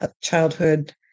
childhood